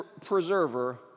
preserver